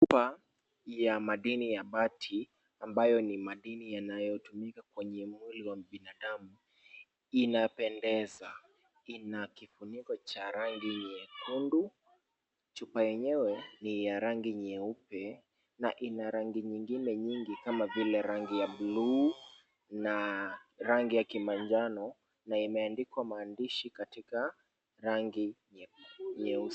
Huwa ya madini ambayo ni madini yanayotumika kwenye mwili wa binadamu. Inapendeza, ina kifuniko cha rangi nyekundu, chupa yenyewe ni ya rangi nyeupe, na ina rangi nyingine nyingi kama vile rangi ya bluu, na rangi ya kimanjano na imeandikwa maandishi katika rangi nyeusi.